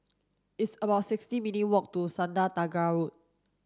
it's about sixty minute walk to Sungei Tengah Road